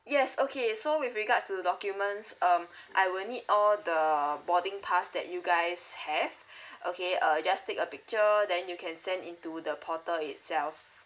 yes okay so with regards to the documents um I will need all the boarding pass that you guys have okay uh just take a picture then you can send in to the portal itself